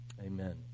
Amen